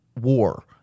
war